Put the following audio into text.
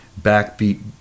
backbeat